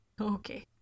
Okay